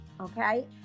okay